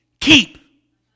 Keep